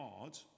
hard